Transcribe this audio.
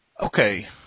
Okay